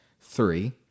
three